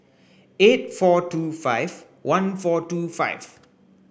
eight four two five one four two five